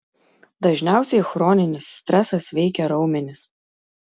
dažniausiai chroninis stresas veikia raumenis